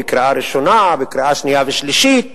בקריאה ראשונה, בקריאה שנייה ושלישית,